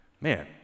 man